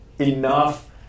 enough